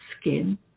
skin